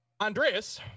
Andreas